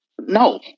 no